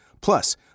Plus